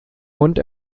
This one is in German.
mund